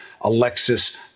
Alexis